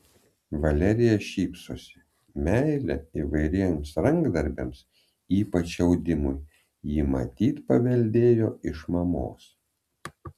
valerija šypsosi meilę įvairiems rankdarbiams ypač audimui ji matyt paveldėjo iš mamos